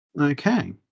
Okay